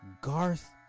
Garth